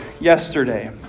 yesterday